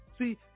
See